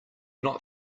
not